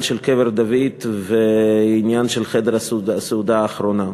של קבר דוד ועניין של חדר הסעודה האחרונה.